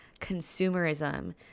consumerism